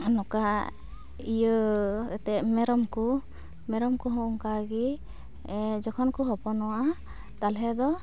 ᱱᱚᱠᱟ ᱤᱭᱟᱹᱻ ᱮᱱᱛᱮᱫ ᱢᱮᱨᱚᱢᱠᱚ ᱢᱮᱨᱚᱢ ᱠᱚᱦᱚᱸ ᱚᱱᱠᱟᱜᱮ ᱡᱚᱠᱷᱚᱱ ᱠᱚ ᱦᱚᱯᱚᱱᱚᱜᱼᱟ ᱛᱟᱞᱦᱮᱫᱚ